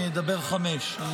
אני אדבר חמש.